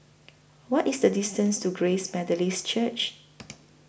What IS The distance to Grace Methodist Church